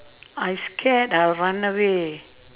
I scared I'll run away